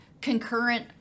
concurrent